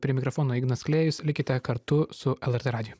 prie mikrofono ignas klėjus likite kartu su el er tė radiju